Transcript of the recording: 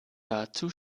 dazu